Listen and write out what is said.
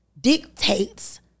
dictates